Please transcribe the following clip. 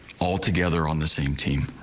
all together on the same team.